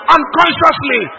Unconsciously